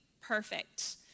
perfect